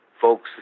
folks